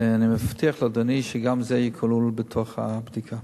ואני מבטיח לאדוני שגם זה יהיה כלול בתוך הבדיקה.